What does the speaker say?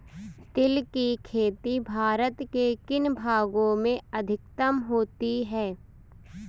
तिल की खेती भारत के किन भागों में अधिकतम होती है?